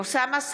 אוסאמה סעדי,